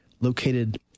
located